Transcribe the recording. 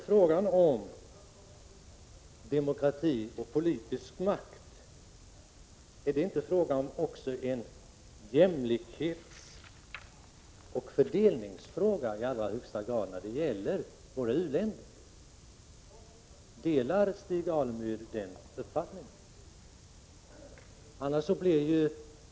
Handlar det inte i allra högsta grad om en jämlikhetsoch fördelningsfråga när det gäller u-länderna? Jag anser att det är detta det handlar om. Delar Stig Alemyr den uppfattningen?